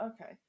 okay